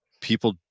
people